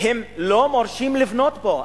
הם לא מורשים לבנות פה,